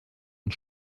und